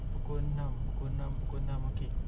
aku hantar kau pergi boon keng dulu